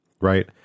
right